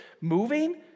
moving